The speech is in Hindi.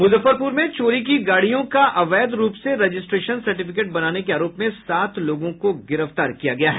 मुजफ्फरपुर में चोरी की गाड़ियों का अवैध रूप से रजिस्ट्रेशन सर्टिफिकेट बनाने के आरोप में सात लोगों को गिरफ्तार किया गया है